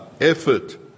effort